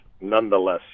nonetheless